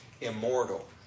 immortal